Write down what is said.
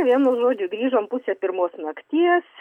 vienu žodžiu grįžom pusę pirmos nakties